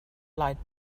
light